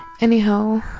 anyhow